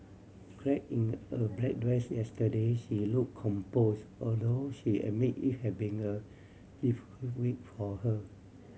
clad in a black dress yesterday she look compose although she admit it had been a difficult week for her